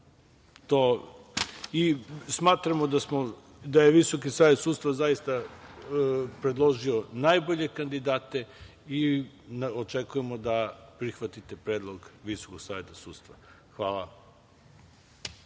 Smatramo da je Visoki savet sudstva zaista predložio najbolje kandidate i očekujemo da prihvatite predlog Visokog saveta sudstva. Hvala